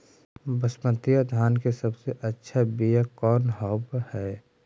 बसमतिया धान के सबसे अच्छा बीया कौन हौब हैं?